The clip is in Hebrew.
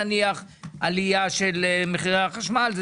נניח עלייה של מחירי החשמל,